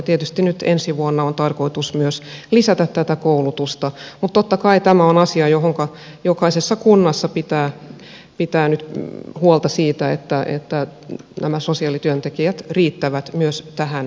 tietysti nyt ensi vuonna on tarkoitus myös lisätä tätä koulutusta mutta totta kai tämä on asia josta jokaisessa kunnassa pitää pitää nyt huolta että näitä sosiaalityöntekijöitä riittää myös tähän toimintaan